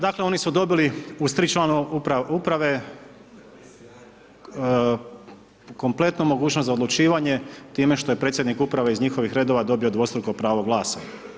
Dakle oni su dobili uz tri člana uprave kompletnu mogućnost za odlučivanje time što je predsjednik uprave iz njihovih redova dobio dvostruko pravo glasa.